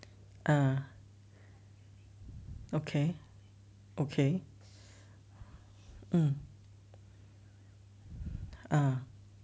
err okay okay mm ah